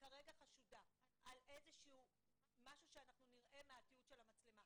חשודה על משהו שנראה מהתיעוד של המצלמה,